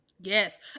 Yes